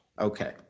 Okay